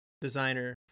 designer